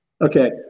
Okay